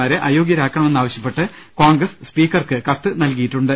മാരെ അയോഗ്യരാക്കണമെന്ന് ആവശ്യപ്പെട്ട് കോൺഗ്രസ് സ്പീക്കർക്ക് കത്ത് നൽകിയിട്ടുണ്ട്